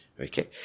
Okay